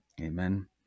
amen